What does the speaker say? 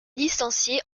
licencié